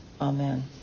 Amen